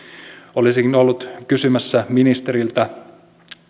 olisinkin ollut kysymässä ministeriltä